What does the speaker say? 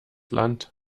land